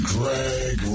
Greg